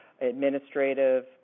administrative